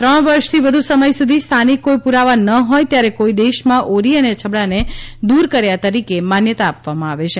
ત્રણ વર્ષથી વધુ સમય સુધી સ્થાનિક કોઈ પુરાવા ન હોય ત્યારે કોઈ દેશમાં ઓરી અને અછબડાને દૂર કર્યા તરીકે માન્યતા આપવામાં આવે છે